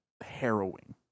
harrowing